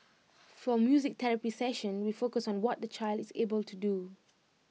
for music therapy session we focus on what the child is able to do